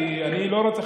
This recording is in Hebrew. כי אני לא רוצה,